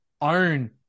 own